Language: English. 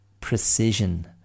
precision